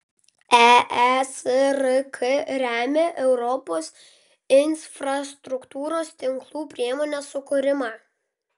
eesrk remia europos infrastruktūros tinklų priemonės sukūrimą